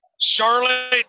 Charlotte